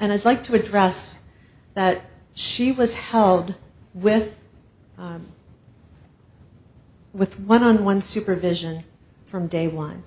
and i'd like to address that she was held with with one on one supervision from day one